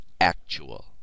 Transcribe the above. actual